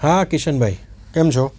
હા કિશનભાઈ કેમ છો